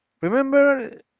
Remember